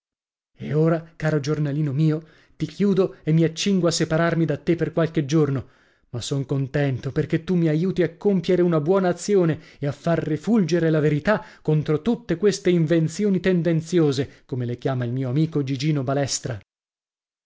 e ora caro giornalino mio ti chiudo e mi accingo a separarmi da te per qualche giorno ma son contento perché tu mi aiuti a compiere una buona azione e a far rifulgere la verità contro tutte queste invenzioni tendenziose come le chiama il mio amico gigino balestra